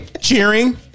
cheering